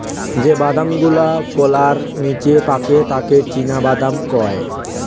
যে বাদাম গুলাওকলার নিচে পাকে তাকে চীনাবাদাম কয়